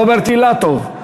רוברט אילטוב,